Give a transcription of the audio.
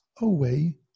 away